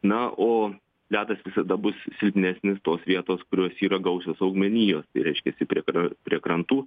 na o ledas visada bus silpnesnis tos vietos kurios yra gausios augmenijos tai reiškiasi prie kra prie krantų